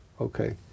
okay